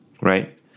right